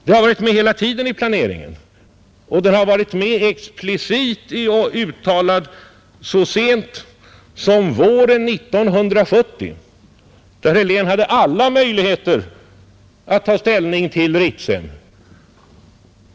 Det har varit med hela tiden i planeringen, och det har varit med explicite uttalat så sent som våren 1970, då herr Helén hade alla möjligheter att ta ställning till Ritsem.